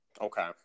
Okay